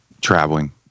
traveling